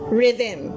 rhythm